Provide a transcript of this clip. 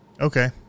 Okay